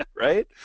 Right